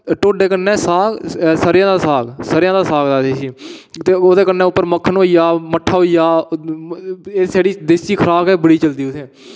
ढोडे कन्नै साग स'रेआं दा साग सरेआं दा साग आखदे जिसी ते ओह्दे कन्नै उप्पर मक्खन होई जा मट्ठा होई जा एह् जेह्ड़ी देसी खुराक ऐ एह् बड़ी चलदी उत्थै